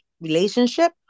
relationship